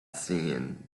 seen